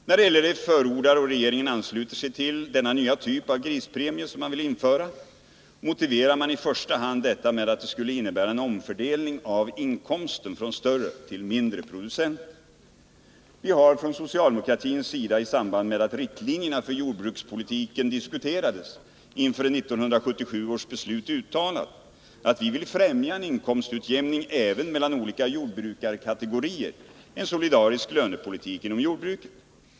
När LRF förordar och regeringen ansluter sig till denna nya typ av grispremie som man vill införa motiverar man i första hand detta med att det skulle innebära en omfördelning av inkomsten från större till mindre producenter. Vi har från socialdemokratins sida i samband med att riktlinjerna för jordbrukspolitiken diskuterades inför 1977 års beslut uttalat att vi vill främja en inkomstutjämning även mellan olika jordbrukarkategorier — en solidarisk lönepolitik inom jordbruket.